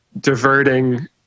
diverting